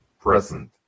present